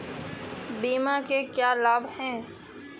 बीमा के क्या लाभ हैं?